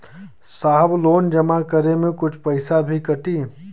साहब लोन जमा करें में कुछ पैसा भी कटी?